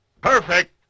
perfect